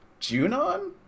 Junon